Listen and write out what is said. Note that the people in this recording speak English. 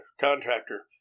contractor